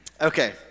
Okay